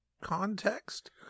context